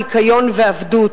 ניקיון ועבדות.